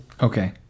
Okay